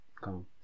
come